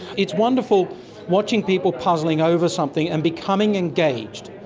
it's wonderful watching people puzzling over something and becoming engaged,